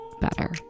better